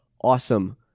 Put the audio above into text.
awesome